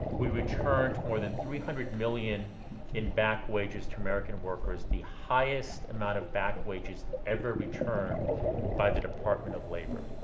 we returned more than three hundred million dollars in back-wages to american workers the highest amount of back-wages ever returned by the department of labor.